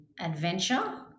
adventure